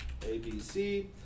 ABC